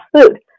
food